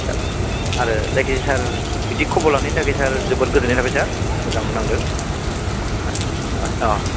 सार आरो जायखिजाया सार बिदि खबर लानायनि थाखाय सार जोबोर गोजोननाय थाबाय सार मोजां नांदों ओ ओ अ